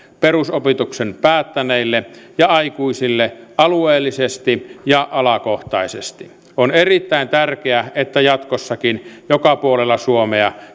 perusopetuksen päättäneille ja aikuisille alueellisesti ja alakohtaisesti on erittäin tärkeää että jatkossakin joka puolella suomea